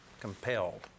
compelled